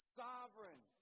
sovereign